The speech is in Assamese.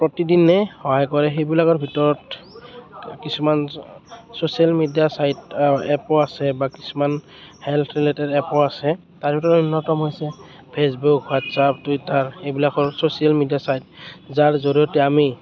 প্ৰতিদিনে সহায় কৰে সেইবিলাকৰ ভিতৰত কিছুমান ছ'চিয়েল মেডিয়া ছাইট এপো আছে বা কিছুমান হেলথ্ ৰিলেটেড এপো আছে তাৰ ভিতৰত অন্য়তম হৈছে ফেচবুক হোৱাটছ আপ টুইটাৰ সেইবিলাক হ'ল ছ'চিয়েল মেডিয়া চাইট যাৰ জৰিয়তে আমি